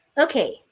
Okay